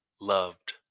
loved